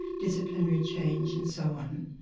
disciplinary change and so on.